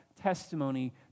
testimony